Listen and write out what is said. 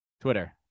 Twitter